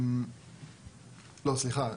לא, סליחה,